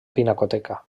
pinacoteca